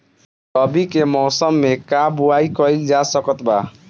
रवि के मौसम में का बोआई कईल जा सकत बा?